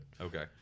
okay